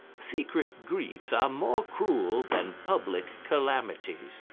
secret griefs are more cruel than public calamities.